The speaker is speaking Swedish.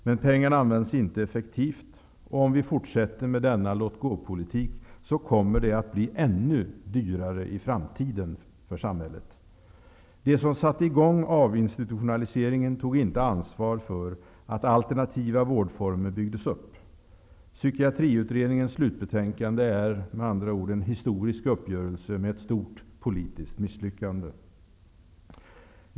Men pengarna används inte effektivt. Om vi fortsätter med denna låt-gå-politik kommer det att bli ännu dyrare för samhället. De som satte i gång avinstitutionaliseringen tog inte ansvar för att alternativa vårdformer byggdes upp. Psykiatriutredningens slutbetänkande är en historisk uppgörelse med ett stort politiskt misslyckande.